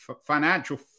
Financial